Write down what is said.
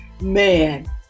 man